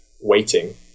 waiting